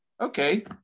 Okay